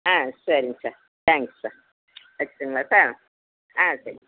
ஆ சரிங்க sir thanks sir வெச்சுட்டுங்களா sir ஆ சரி